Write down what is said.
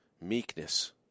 meekness